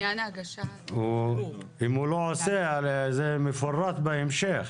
אם הוא לא עושה, הרי זה מפורט בהמשך.